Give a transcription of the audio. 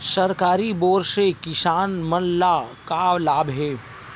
सरकारी बोर से किसान मन ला का लाभ हे?